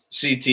CT